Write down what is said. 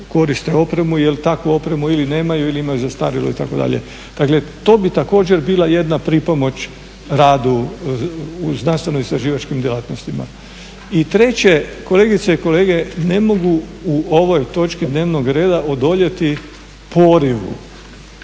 koriste opremu jer takvu opremu ili nemaju ili imaju zastarjelu itd. Dakle, to bi također bila jedna pripomoć radu u znanstveno-istraživačkim djelatnostima. I treće kolegice i kolege, ne mogu u ovoj točki dnevnog reda odoljeti porivu